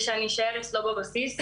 כדי שאני אשאר אצלו בבסיס.